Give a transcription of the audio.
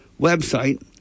website